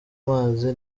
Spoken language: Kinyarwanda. mazi